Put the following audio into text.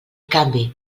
canvi